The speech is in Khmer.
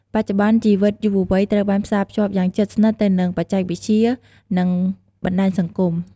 បច្ចុប្បន្ន ជីវិតយុវវ័យត្រូវបានផ្សារភ្ជាប់យ៉ាងជិតស្និទ្ធទៅនឹងបច្ចេកវិទ្យា និងបណ្ដាញសង្គម។